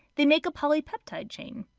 they make a polypeptide chain.